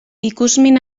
ikusmin